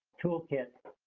toolkit